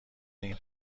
این